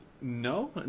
no